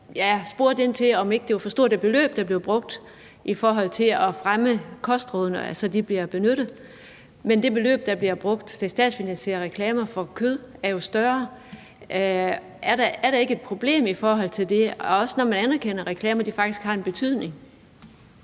ordføreren ind til, om det ikke var for stort et beløb, der blev brugt på at fremme kostrådene, så de bliver benyttet, men det beløb, der bliver brugt til at statsfinansiere reklamer for kød, er jo større. Er der ikke et problem i det, også når man anerkender, at reklamer faktisk har en betydning?